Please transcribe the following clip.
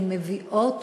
הן מביאות